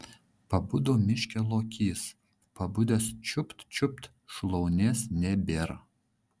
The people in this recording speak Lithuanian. pabudo miške lokys pabudęs čiupt čiupt šlaunies nebėr